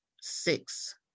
six